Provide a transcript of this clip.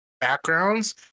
backgrounds